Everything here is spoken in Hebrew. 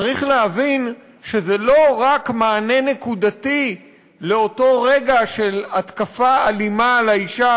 צריך להבין שזה לא רק מענה נקודתי לאותו רגע של התקפה אלימה על האישה,